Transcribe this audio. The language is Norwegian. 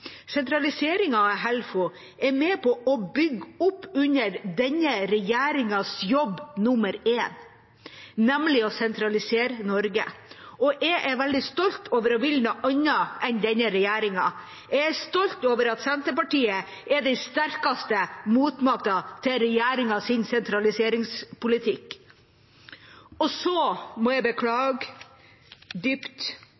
Sentraliseringen av Helfo er med på å bygge opp under denne regjeringens jobb nummer én, nemlig å sentralisere Norge. Jeg er veldig stolt over å ville noe annet enn denne regjeringen. Jeg er stolt over at Senterpartiet er den sterkeste motmakten til regjeringens sentraliseringspolitikk. Så må